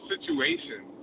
situation